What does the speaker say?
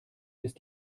ist